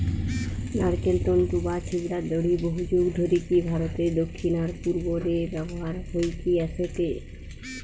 নারকেল তন্তু বা ছিবড়ার দড়ি বহুযুগ ধরিকি ভারতের দক্ষিণ আর পূর্ব রে ব্যবহার হইকি অ্যাসেটে